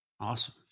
Awesome